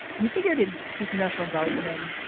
he figured he'd see some national guardsmen,